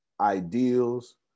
ideals